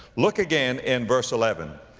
look again in verse eleven,